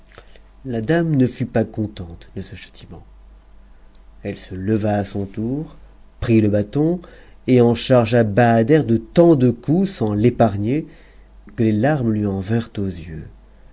la dame ne fut pas contente de ce châtiment elle se leva à son tour prit le bâton et en chargea bahader de tant de coups sans l'épargner que les larmes lui en vinrent aux yeux